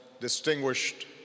distinguished